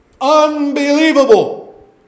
Unbelievable